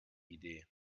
idee